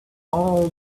all